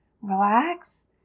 relax